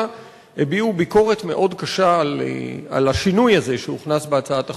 הביעו ביקורת מאוד קשה על השינוי הזה שהוכנס בהצעת החוק,